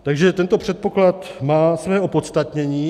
Takže tento předpoklad má své opodstatnění.